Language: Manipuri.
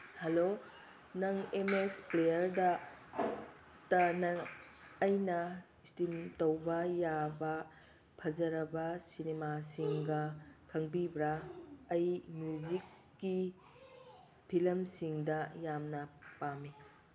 ꯍꯂꯣ ꯅꯪ ꯑꯦꯝ ꯃꯦꯛꯁ ꯄ꯭ꯂꯦꯌꯔꯗꯇ ꯑꯩꯅ ꯏꯁꯇ꯭ꯔꯤꯝ ꯇꯧꯕ ꯌꯥꯕ ꯐꯖꯔꯕ ꯁꯤꯅꯤꯃꯥꯁꯤꯡꯒ ꯈꯪꯕꯤꯕ꯭ꯔꯥ ꯑꯩ ꯃ꯭ꯌꯨꯖꯤꯛꯀꯤ ꯐꯤꯂꯝꯁꯤꯡꯗ ꯌꯥꯝꯅ ꯄꯥꯝꯃꯤ